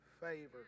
favor